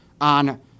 on